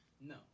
No